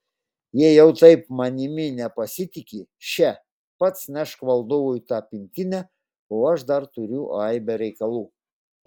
jeigu jau taip manimi nepasitiki še pats nešk valdovui tą pintinę o aš dar turiu aibę reikalų